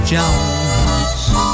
Jones